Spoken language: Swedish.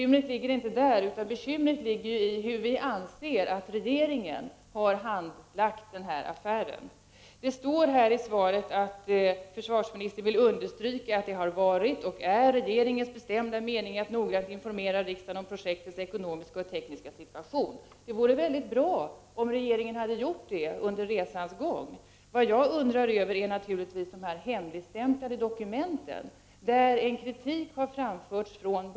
Men vårt bekymmer gäller inte det utan hur regeringen har handlagt den här affären. Det står i svaret att försvarsministern vill understryka att det har varit och är regeringens bestämda mening att noggrant informera riksdagen om projektets ekonomiska och tekniska situation. Det vore bra om regeringen hade gjort det under resans gång. Jag undrar naturligtvis över de hemligstämplade dokument där det från början framförts kritik.